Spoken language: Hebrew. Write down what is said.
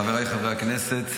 חבריי חברי הכנסת,